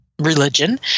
religion